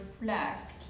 reflect